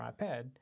iPad